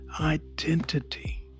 identity